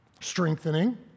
strengthening